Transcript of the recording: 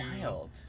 wild